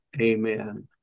Amen